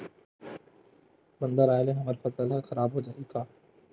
बादर आय ले हमर फसल ह खराब हो जाहि का?